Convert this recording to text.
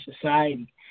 society